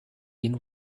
been